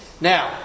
Now